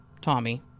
Tommy